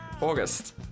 August